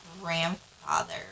grandfather